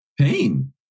pain